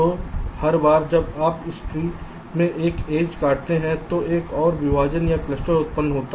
तो हर बार जब आप इस ट्री में एक एज काटते हैं तो एक और विभाजन या क्लस्टर उत्पन्न होगा